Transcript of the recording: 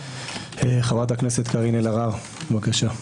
חברת הכנסת קארין אלהרר, בבקשה.